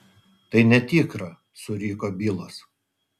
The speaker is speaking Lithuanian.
tai netikra suriko bilas